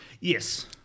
Yes